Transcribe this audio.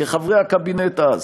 כחברי הקבינט אז: